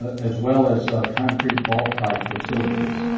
as well as concrete vault type facilities.